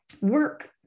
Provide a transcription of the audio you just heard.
work